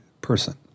person